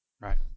Right